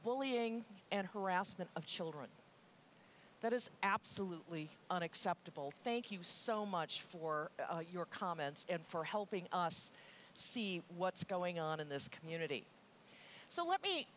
bullying and harassment of children that is absolutely unacceptable thank you so much for your comments and for helping us see what's going on in this community so let me